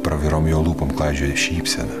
pravirom jo lūpom klaidžiojo šypsena